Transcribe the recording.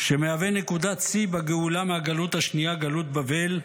שמהווה נקודת שיא בגאולה מהגלות השנייה, גלות בבל,